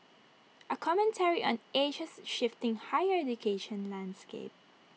A commentary on Asia's shifting higher education landscape